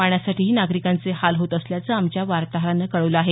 पाण्यासाठीही नागरिकांचे हाल होत असल्याचं आमच्या वार्ताहरानं कळवलं आहे